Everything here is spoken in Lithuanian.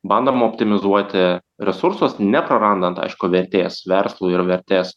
bandoma optimizuoti resursus neprarandant aišku vertės verslui ir vertės